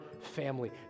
family